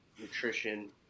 nutrition